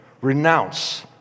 Renounce